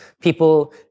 people